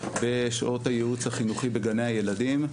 בשעות הייעוץ החינוכי בגני הילדים,